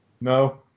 No